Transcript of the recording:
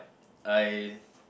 I